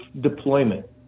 deployment